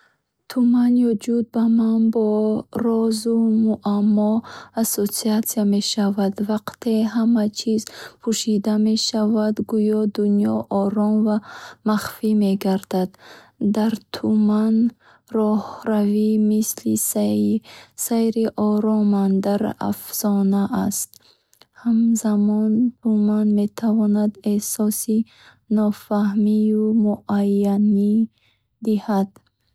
Туман е ҷуд ба ман бо розу муаммо ассоатсия мешавад. Вақте ҳама чиз пушида мешавад, гӯё дунё ором ва махфӣ мегардад. Дар туман роҳравӣ мисли сайри оромона дар афсона аст. Ҳамзамон, туман метавонад эҳсоси нофаҳмию номуайянӣ диҳад